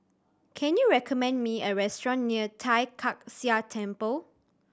can you recommend me a restaurant near Tai Kak Seah Temple